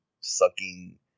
sucking